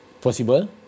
Possible